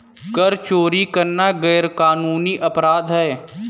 कर चोरी करना गैरकानूनी अपराध है